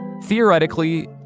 Theoretically